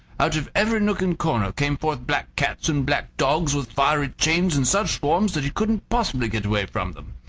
out of every nook and corner came forth black cats and black dogs with fiery chains in such swarms that he couldn't possibly get away from them.